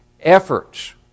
efforts